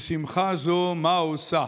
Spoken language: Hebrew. לשמחה מה זו עושה?